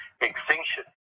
extinction